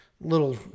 little